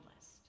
list